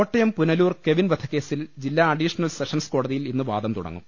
Kottayam Punalur Kevin വധക്കേസിൽ ജില്ലാ additional sessions കോടതിയിൽ ഇന്ന് പാദം തുടങ്ങും